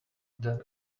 than